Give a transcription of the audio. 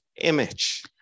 image